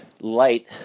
light